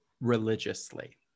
religiously